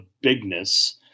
bigness